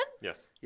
yes